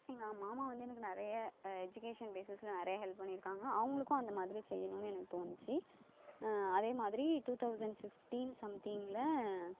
எங்கள் மாமா வந்து எனக்கு நிறைய எஜுகேஷன் பேஸஸில் நிறையா ஹெல்ப் பண்ணி இருக்காங்க அவங்களுக்கும் அந்த மாதிரி செய்யணும்னு எனக்கு தோணிச்சு அதே மாதிரி டூ தௌசண்ட் ஃபிஃப்டின் சம்திங்கில்